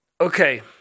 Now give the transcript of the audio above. Okay